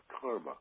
karma